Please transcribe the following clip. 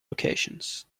locations